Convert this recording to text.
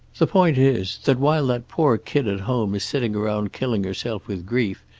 the point is that, while that poor kid at home is sitting around killing herself with grief,